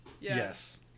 yes